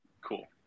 cool